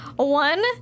One